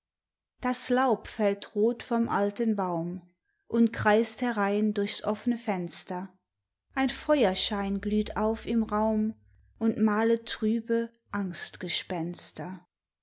das laub fällt rot vom alten baum und kreist herein durchs offne fenster ein feuerschein glüht auf im raum und malet trübe